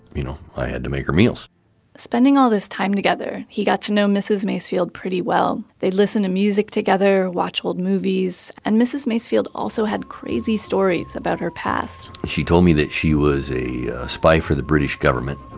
you know, i had to make her meals spending all of this time together, he got to know mrs. macefield pretty well. they'd listen to music together, watch old movies, and mrs. macefield also had crazy stories about her past. she told me that she was a spy for the british government,